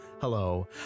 Hello